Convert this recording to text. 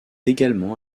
également